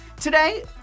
Today